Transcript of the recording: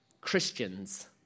Christians